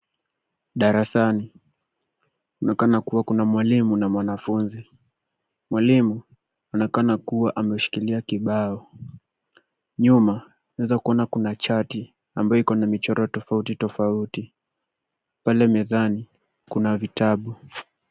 Darasani. Kunaonekana kuwa kuna mwalimu na mwanafunzi. Mwalimu anaonekana kuwa ameshikilia kibao. Nyuma tunaweza kuona kuna chaki ambayo iko na michoro tofauti tofauti. Pale mezani kuna vitabu.